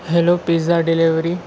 hello pizza delivery